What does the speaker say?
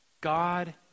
God